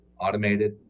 automated